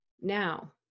Now